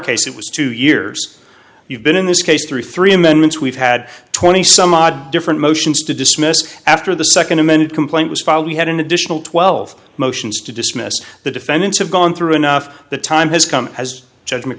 case it was two years you've been in this case three three amendments we've had twenty some odd different motions to dismiss after the second amended complaint was filed we had an additional twelve motions to dismiss the defendants have gone through enough the time has come as judg